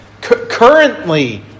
Currently